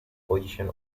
position